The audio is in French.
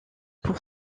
pour